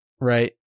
right